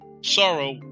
sorrow